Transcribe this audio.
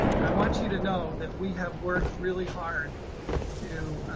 and i want you to know that we have worked really hard to